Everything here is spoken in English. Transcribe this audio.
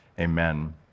Amen